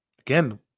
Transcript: again